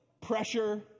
pressure